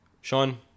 Sean